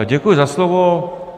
Děkuji za slovo.